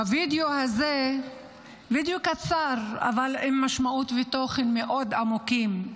וידאו קצר אבל עם משמעות ותוכן מאוד עמוקים.